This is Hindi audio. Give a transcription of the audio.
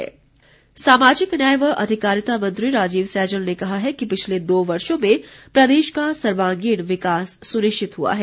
सैजल सामाजिक न्याय व अधिकारिता मंत्री राजीव सैजल ने कहा है कि पिछले दो वर्षो में प्रदेश का सर्वांगीण विकास सुनिश्चित हुआ है